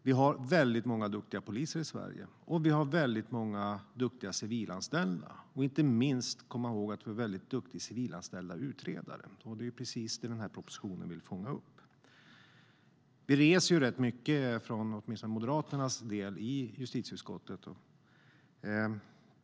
Vi har väldigt många duktiga poliser i Sverige, och vi har väldigt många duktiga civilanställda. Inte minst ska vi komma ihåg att vi har väldigt duktiga civilanställda utredare, och det är precis det propositionen vill fånga upp. I justitieutskottet reser vi rätt mycket, åtminstone från Moderaternas sida.